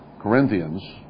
Corinthians